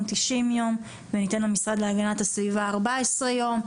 90 יום וניתן למשרד להגנת הסביבה 14 יום,